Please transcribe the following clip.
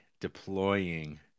deploying